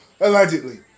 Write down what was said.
Allegedly